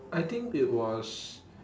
I think it was